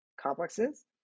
complexes